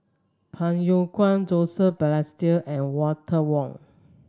Phey Yew Kok Joseph Balestier and Walter Woon